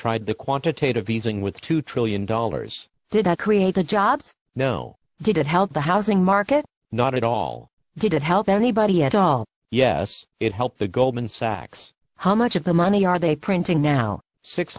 tried the quantitative easing with two trillion dollars did that create the jobs no did it help the housing market not at all did it help anybody at all yes it helped the goldman sachs how much of the money are they printing now six